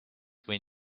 when